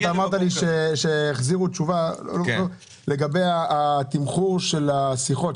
אמרת לי שהחזירו תשובה לגבי התמחור של השיחות,